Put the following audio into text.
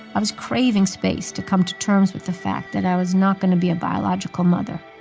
i was craving space to come to terms with the fact that i was not going to be a biological mother